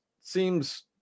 seems